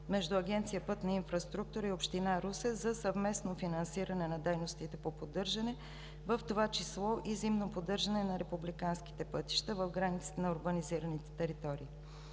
между Агенция „Пътна инфраструктура“ и Община Русе за съвместно финансиране на дейностите по поддържане, в това число и зимно поддържане на републиканските пътища в границите на урбанизираните територии.